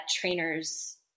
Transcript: trainers